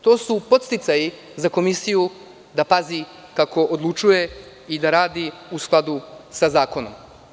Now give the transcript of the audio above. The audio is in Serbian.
To su podsticaji za komisiju da pazi kako odlučuje i da radi u skladu sa zakonom.